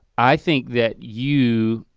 i think that you